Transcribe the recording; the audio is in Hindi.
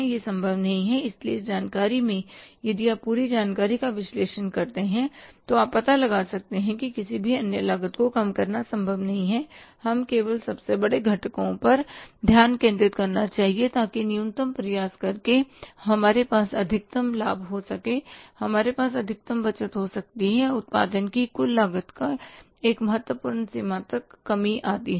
यह संभव नहीं है इसलिए इस जानकारी में यदि आप पूरी जानकारी का विश्लेषण करते हैं तो आप पता लगा सकते हैं कि किसी भी अन्य लागत को कम करना संभव नहीं है हमें केवल सबसे बड़े घटकों पर ध्यान केंद्रित करना चाहिए ताकि न्यूनतम प्रयास करके हमारे पास अधिकतम लाभ हो सकते हैं हमारे पास अधिकतम बचत हो सकती है और उत्पादन की कुल लागत एक महत्वपूर्ण सीमा तक कमी आती है